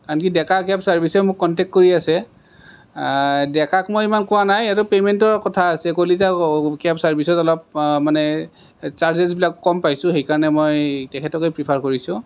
আনকি ডেকা কেব চাৰ্ভিছেও মোক কণ্টেক কৰি আছে ডেকাক মই ইমান কোৱা নাই আৰু পে'মেণ্টৰ কথা আছে কলিতাৰ কেব চাৰ্ভিছত অলপ মানে চাৰ্জেছবিলাক কম পাইছোঁ সেইকাৰণে মই তেখেতকে প্ৰিফাৰ কৰিছোঁ